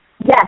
yes